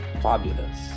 fabulous